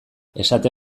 esate